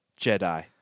Jedi